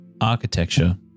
architecture